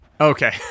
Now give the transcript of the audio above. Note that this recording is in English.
okay